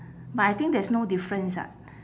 but I think there's no difference [what]